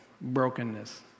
brokenness